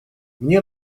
мне